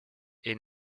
est